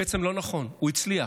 בעצם לא נכון, הוא הצליח: